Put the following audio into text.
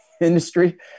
industry